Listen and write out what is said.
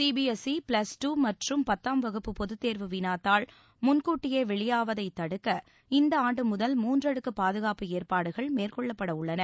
CBSE plus two மற்றும் பத்தாம் வகுப்பு பொதுத் தேர்வு விளாத்தாள் முன்கூட்டியே வெளியாவதைத் தடுக்க இந்த ஆண்டு முதல் மூன்றடுக்கு பாதுகாப்பு ஏற்பாடுகள் மேற்கொள்ளப்பட உள்ளன